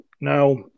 now